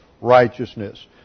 righteousness